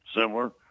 similar